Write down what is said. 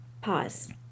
pause